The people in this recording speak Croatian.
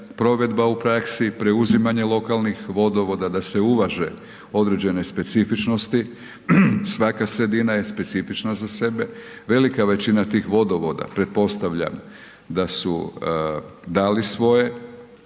provedba u praksi, preuzimanje lokalnih vodovoda da se uvaže određene specifičnosti, svaka sredina je specifična za sebe. Velika većina tih vodovoda, pretpostavljam da su dali svoje.